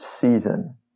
season